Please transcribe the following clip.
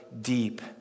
deep